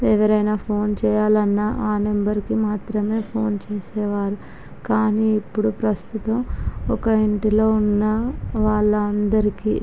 ఎవరైనా ఫోన్ చెయ్యాలన్నా ఆ నెంబర్కి మాత్రమే ఫోన్ చేసేవారు కానీ ఇప్పుడు ప్రస్తుతం ఒక ఇంటిలో ఉన్న వాళ్ళందరికీ